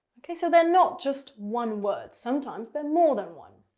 okay, so they're not just one word sometimes they're more than one.